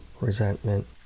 resentment